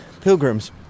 pilgrims